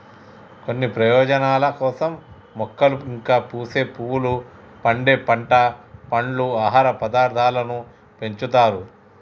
కొన్ని ప్రయోజనాల కోసం మొక్కలు ఇంకా పూసే పువ్వులు, పండే పంట, పండ్లు, ఆహార పదార్థాలను పెంచుతారు